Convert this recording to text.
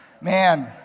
man